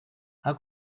how